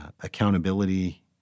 accountability